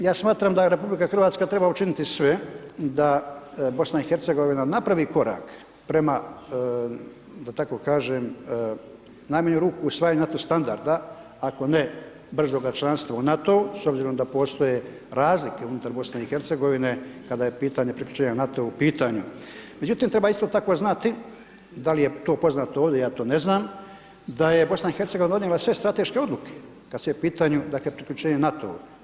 I ja smatram da RH treba učiniti sve da BiH napravi korak prema da tako kažem u najmanju ruku, usvajanju NATO standarda ako ne brzoga članstva u NATO-u s obzirom da postoje razlike unutar BiH-a kada je u pitanju priključenje NATO-u u pitanju, međutim treba isto tako znati da li je to poznato ovdje, ja to ne znam, da je BiH donijela sve strateške odluke kad je u pitaju priključenje NATO-u.